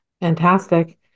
Fantastic